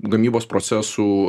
gamybos procesų